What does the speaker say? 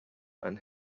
and